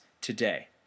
today